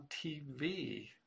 TV